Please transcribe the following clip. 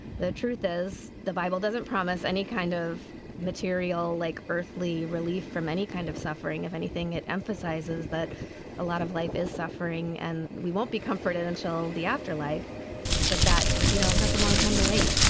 the truth is the bible doesn't promise any kind of material like earthly relief from any kind of suffering of anything it emphasizes that a lot of life is suffering and we won't be comforted until the afterlife but that you know that's a long time to wait.